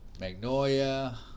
Magnolia